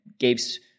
Gabe's